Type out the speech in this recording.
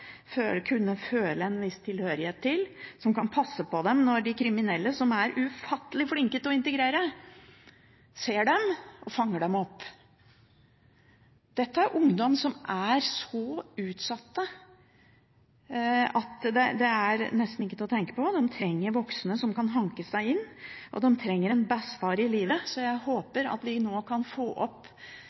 kunne føle en viss tilhørighet til. De trenger voksne som kan passe på dem når de kriminelle – som er ufattelig flinke til å integrere – ser dem og fanger dem opp. Dette er ungdom som er så utsatt at det nesten ikke er til å tenke på. De trenger voksne som kan hanke dem inn, og de trenger «en bessfar i livet». Jeg håper at vi nå kan få opp